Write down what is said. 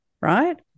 right